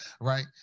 Right